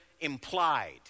implied